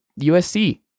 USC